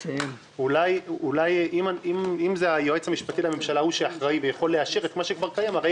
אם היועץ המשפטי לממשלה הוא שאחראי ויכול לאשר את מה שכבר קיים הרי